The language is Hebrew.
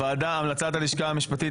המלצת הלשכה המשפטית,